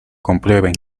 comprueben